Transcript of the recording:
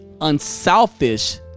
unselfish